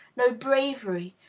no bravery,